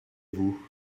vous